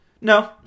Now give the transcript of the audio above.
no